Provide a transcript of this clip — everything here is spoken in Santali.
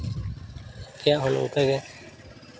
ᱟᱯᱮᱭᱟᱜ ᱦᱚᱸ ᱱᱚᱝᱠᱟ ᱜᱮ